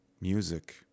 music